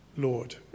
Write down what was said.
Lord